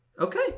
Okay